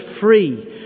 free